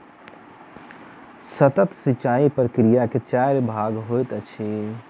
सतह सिचाई प्रकिया के चाइर भाग होइत अछि